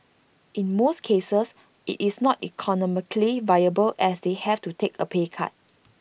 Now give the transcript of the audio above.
in most cases IT is not economically viable as they have to take A pay cut